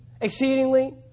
exceedingly